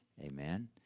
Amen